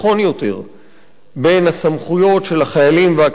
בין הסמכויות של החיילים והקצינים,